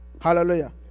Hallelujah